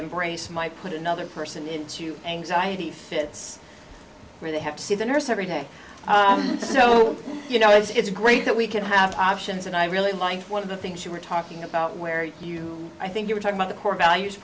embrace might put another person into anxiety fits or they have to see the nurse every day so you know it's great that we can have options and i really like one of the things you were talking about where you i think you were talking about the core values